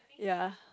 ya